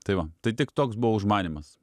tai va tai tik toks buvo užmanymas